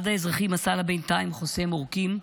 אחד האזרחים עשה לה בינתיים חוסם עורקים,